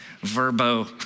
verbo